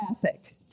traffic